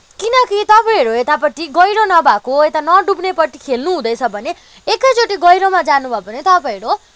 किनकि तपाईँहरू यतापट्टि गहिरो नभएको यता नडुब्नेपट्टि खेल्नु हुँदैछ भने एकाचोटि गहिरोमा जानु भयो भने तपाईँहरू